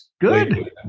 Good